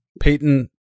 Peyton